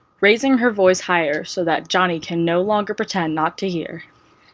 raising her voice higher so that johnny can no longer pretend not to hear.